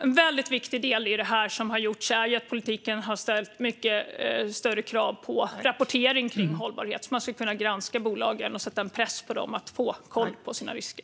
En väldigt viktig del i det som har gjorts är att politiken har ställt mycket högre krav på rapportering kring hållbarhet så att man ska kunna granska bolagen och sätta press på dem att ha koll på sina risker.